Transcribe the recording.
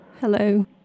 Hello